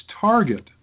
target